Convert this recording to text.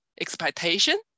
expectation